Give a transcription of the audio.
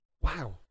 wow